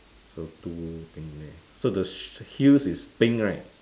so two thing there so the heels is pink right